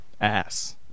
ass